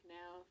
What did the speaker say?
now